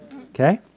Okay